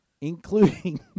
Including